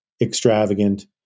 extravagant